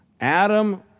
Adam